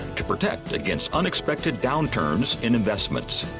to protect against unexpected downturns in investments.